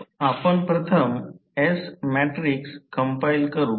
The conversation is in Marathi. आपण प्रथम S मॅट्रिक्स कंपाईल करू